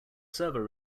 server